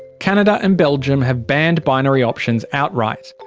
canada and belgium have banned binary options outright.